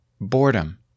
Boredom